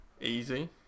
easy